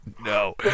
no